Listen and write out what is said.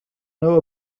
know